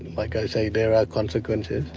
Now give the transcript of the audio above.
like i say there are consequences.